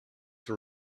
for